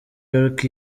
york